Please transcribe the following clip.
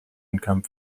income